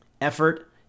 effort